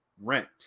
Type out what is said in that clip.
rent